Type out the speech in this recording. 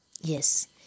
Yes